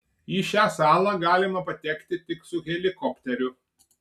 į šią salą galima patekti tik su helikopteriu